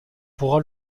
pourra